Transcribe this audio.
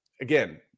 again –